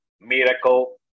miracle